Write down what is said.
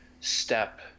step